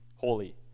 holy